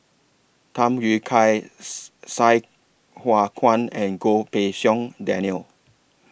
Tham Yui Kai Sai Hua Kuan and Goh Pei Siong Daniel